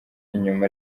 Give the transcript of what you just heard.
inyuma